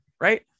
Right